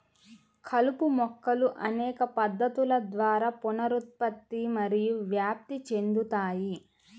కలుపు మొక్కలు అనేక పద్ధతుల ద్వారా పునరుత్పత్తి మరియు వ్యాప్తి చెందుతాయి